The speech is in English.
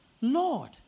Lord